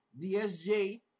DSJ